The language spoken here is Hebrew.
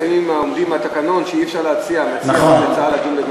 לפעמים אומרים בתקנון שאי-אפשר שהמציע יציע להעביר,